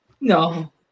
No